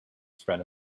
spread